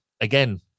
Again